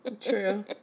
True